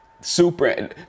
super